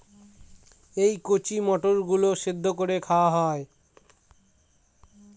এই কচি মটর গুলো সেদ্ধ করে খাওয়া হয়